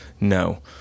No